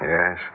Yes